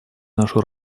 нашу